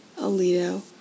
Alito